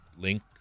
link